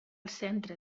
centre